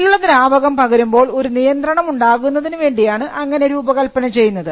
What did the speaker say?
ഉള്ളിലുള്ള ദ്രാവകം പകരുമ്പോൾ ഒരു നിയന്ത്രണം ഉണ്ടാകുന്നതിനു വേണ്ടിയാണ് അങ്ങനെ രൂപകല്പന ചെയ്യുന്നത്